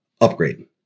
upgrade